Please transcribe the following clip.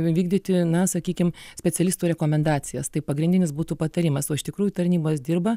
vykdyti na sakykim specialistų rekomendacijas tai pagrindinis būtų patarimas o iš tikrųjų tarnybos dirba